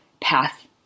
path